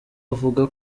avuga